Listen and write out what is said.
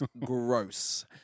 gross